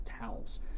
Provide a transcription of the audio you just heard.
towels